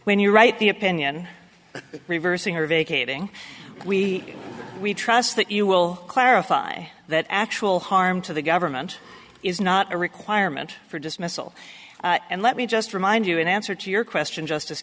when you write the opinion reversing or vacating we we trust that you will clarify that actual harm to the government is not a requirement for dismissal and let me just remind you in answer to your question justice